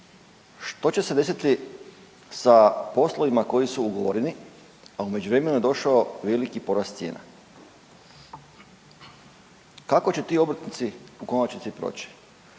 što će se desiti sa poslovima koji su ugovoreni, a u međuvremenu je došao veliki porast cijena? Kako će ti obrtnici u konačnici proći?